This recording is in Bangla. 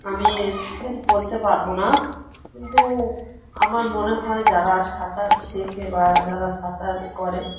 আমি ঠিক বলতে পারব না কিন্তু আমার মনে হয় যারা সাঁতার শেখে বা যারা সাঁতার করে